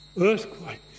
earthquakes